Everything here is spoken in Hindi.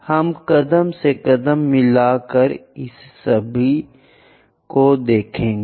हम कदम से कदम मिला कर देखेंगे